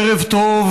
ערב טוב,